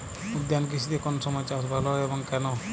উদ্যান কৃষিতে কোন সময় চাষ ভালো হয় এবং কেনো?